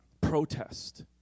Protest